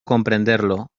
comprenderlo